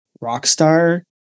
Rockstar